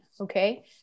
okay